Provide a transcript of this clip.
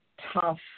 tough